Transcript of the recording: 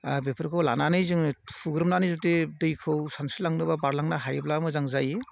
आरो बेफोरखौ लानानै जोङो थुग्रोमनानै जुदि दैखौ सानस्रिलांनो बा बारलांनो हायोब्ला मोजां जायो